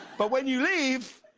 but when you leave,